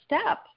step